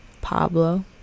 Pablo